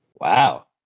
Wow